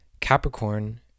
Capricorn